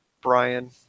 Brian